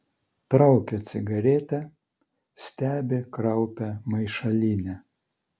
traukia cigaretę stebi kraupią maišalynę